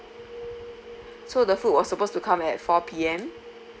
so the food was suppose to come at four P_M